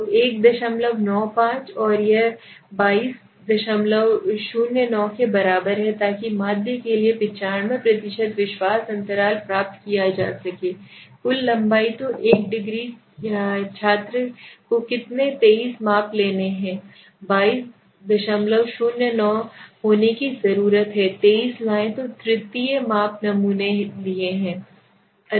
तो 195 और यह 2209 के बराबर है ताकि माध्य के लिए 95 विश्वास अंतराल प्राप्त किया जा सके कुल लंबाई तो 1 डिग्री छात्र को कितने 23 माप लेने हैं 2209 होने की जरूरत है 23 लाएं तो तृतीय माप नमूने लिए हैं